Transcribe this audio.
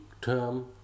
term